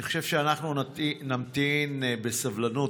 אני חושב שאנחנו נמתין בסבלנות.